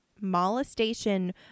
molestation